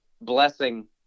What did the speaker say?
blessing